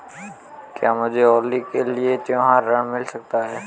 क्या मुझे होली के लिए त्यौहारी ऋण मिल सकता है?